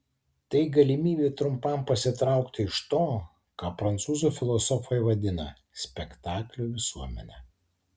tai galimybė trumpam pasitraukti iš to ką prancūzų filosofai vadina spektaklio visuomene